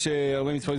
יש הרבה מספרים.